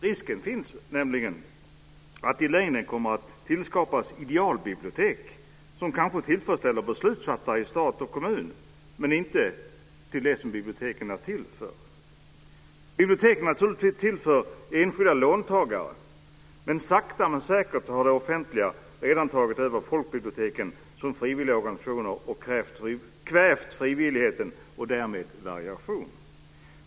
Risken finns nämligen att det i längden kommer att tillskapas "idealbibliotek" som kanske tillfredsställer beslutsfattare i stat och kommun men inte dem som biblioteken är till för. Biblioteken är naturligtvis till för enskilda låntagare. Men sakta men säkert har det offentliga redan tagit över folkbiblioteken som frivilliga organisationer och kvävt frivilligheten och därmed variationen.